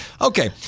Okay